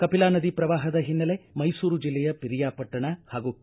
ಕಪಿಲಾ ನದಿ ಪ್ರವಾಹದ ಹಿನ್ನೆಲೆ ಮೈಸೂರು ಜಿಲ್ಲೆಯ ಪಿರಿಯಾಪಟ್ಟಣ ಹಾಗೂ ಕೆ